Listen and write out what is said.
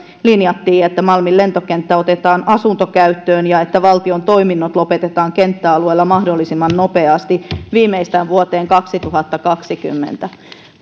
linjattiin että malmin lentokenttä otetaan asuntokäyttöön ja että valtion toiminnot lopetetaan kenttäalueella mahdollisimman nopeasti viimeistään vuoteen kaksituhattakaksikymmentä